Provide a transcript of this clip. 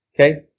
Okay